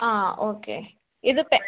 ആ ഓക്കെ ഇത്